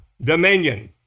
dominion